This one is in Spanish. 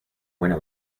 buena